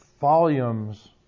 volumes